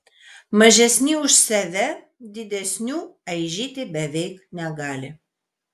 mažesni už save didesnių aižyti beveik negali